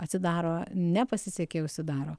atsidaro nepasisekė užsidaro